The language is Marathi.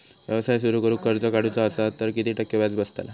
व्यवसाय सुरु करूक कर्ज काढूचा असा तर किती टक्के व्याज बसतला?